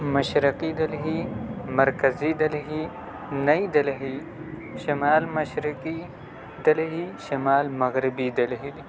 مشرقی دہلی مرکزی دہلی نئی دہلی شمال مشرقی دہلی شمال مغربی دہلی